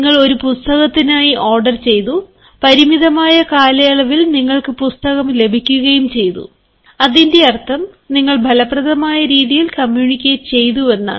നിങ്ങൾ ഒരു പുസ്തകത്തിനായി ഓർഡർ ചെയ്തു പരിമിതമായ കാലയളവിൽ നിങ്ങൾക്ക് പുസ്തകം ലഭിക്കുകയും ചെയ്തു അതിന്റെ അർഥം നിങ്ങൾ ഫലപ്രദമായ രീതിയിൽ കമ്മ്യൂണിക്കേറ്റ് ചെയ്തുവെന്നാണ്